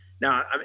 Now